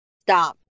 stop